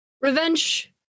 Revenge